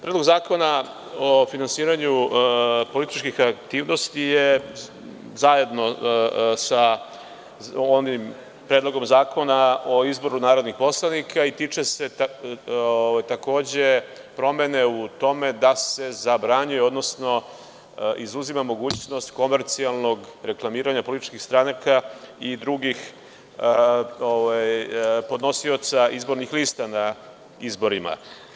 Predlog Zakona o finansiranju političkih aktivnosti je zajedno sa onim Predlogom Zakona o izboru narodnih poslanika i tiče se takođe promene u tome da se zabranjuje, odnosno izuzima mogućnost komercijalnog reklamiranja političkih stranaka i drugih podnosioca izbornih lista na izborima.